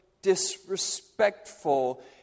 disrespectful